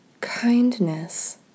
kindness